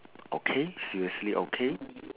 okay seriously okay